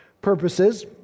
purposes